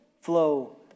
flow